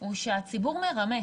היא שהציבור מרמה,